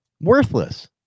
Worthless